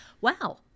Wow